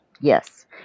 Yes